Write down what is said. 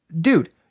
Dude